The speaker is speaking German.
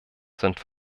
sind